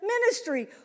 ministry